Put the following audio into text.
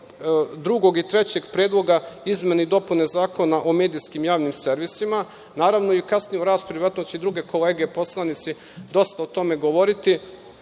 drugog i trećeg predloga izmene i dopune Zakona o medijskim javnim servisima. Naravno, i u kasnijoj raspravi, verovatno će i druge kolege poslanici dosta o tome govoriti.